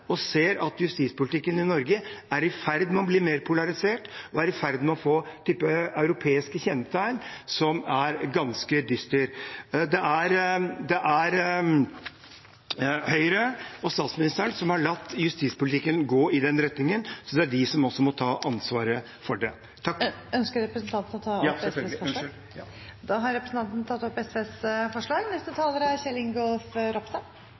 og ser at justispolitikken i Norge er i ferd med å bli mer polarisert og er i ferd med å få en type europeiske kjennetegn som er ganske dystre. Det er Høyre og statsministeren som har latt justispolitikken gå i den retningen, og det er de som også må ta ansvaret for det. Ønsker representanten å ta opp forslag? Ja, selvfølgelig. Da har representanten Petter Eide tatt opp SVs forslag.